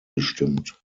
gestimmt